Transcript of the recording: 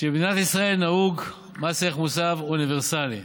שבמדינת ישראל נהוג מס ערך מוסף אוניברסלי.